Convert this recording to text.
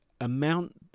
amount